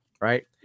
right